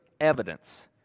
evidence